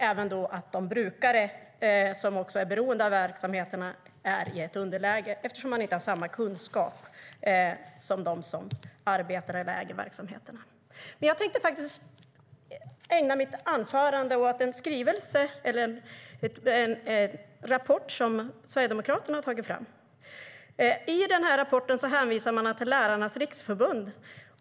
Även brukarna, som är beroende av verksamheterna, är i underläge eftersom de inte har samma kunskap som de som arbetar i eller äger verksamheterna. Jag tänker ägna min replik åt en rapport som Sverigedemokraterna har tagit fram. I den hänvisar man till Lärarnas Riksförbund.